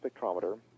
spectrometer